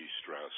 stress